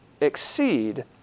exceed